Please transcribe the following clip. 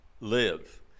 live